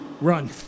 Run